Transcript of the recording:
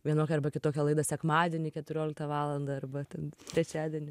vienokią arba kitokią laidą sekmadienį keturioliktą valandą arba ten trečiadienį